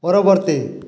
ପରବର୍ତ୍ତୀ